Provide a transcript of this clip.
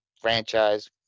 franchise